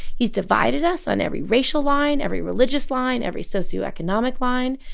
he's divided us on every racial line, every religious line, every socioeconomic line.